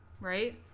right